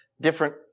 different